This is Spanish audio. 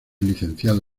licenciado